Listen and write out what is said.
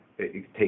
take